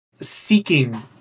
seeking